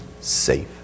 safe